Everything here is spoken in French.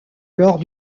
lors